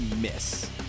miss